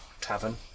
tavern